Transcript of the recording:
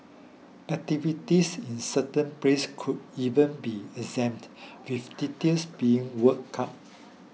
activities in certain places could even be exempt with details being worked out